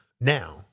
now